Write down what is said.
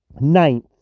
ninth